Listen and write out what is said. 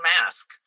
mask